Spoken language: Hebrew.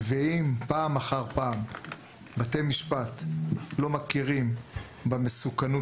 אם פעם אחר פעם בתי משפט לא מכירים במסוכנות